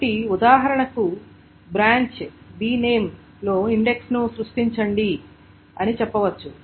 కాబట్టి ఉదాహరణకు branch b name లో ఇండెక్స్ను సృష్టించండి అని చెప్పవచ్చు